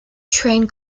train